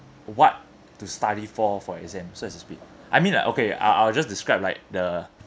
what to study for for exam so to speak I mean like okay I I'll just describe like the